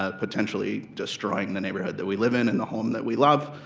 ah potentially destroying the neighborhood that we live in, and the home that we love,